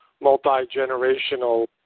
multi-generational